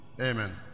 Amen